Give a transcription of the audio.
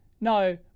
no